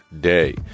day